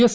S